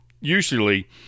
usually